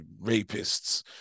rapists